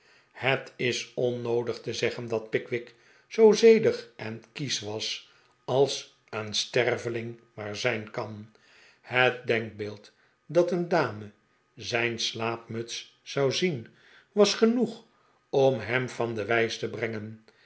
het is onnoodig te zeggen dat pickwick zoo zedig en kiesch was als een sterveling maar zijn kan het denkbeeld dat een dame zijn slaapmuts zou zien was genoeg om hem van de wijs te brengen